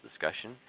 discussion